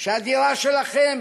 שהדירה שלכם